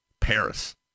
Paris